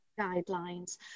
guidelines